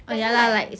that's why like